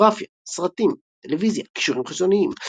פילמוגרפיה סרטים טלוויזיה קישורים חיצוניים